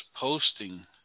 posting